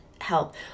help